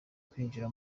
kwinjira